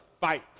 fight